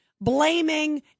blaming